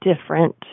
different